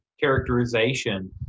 characterization